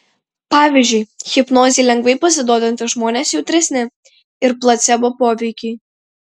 pavyzdžiui hipnozei lengvai pasiduodantys žmonės jautresni ir placebo poveikiui